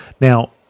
Now